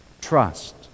trust